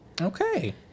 okay